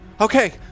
Okay